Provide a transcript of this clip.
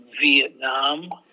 Vietnam